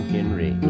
Henry